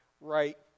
right